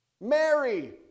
Mary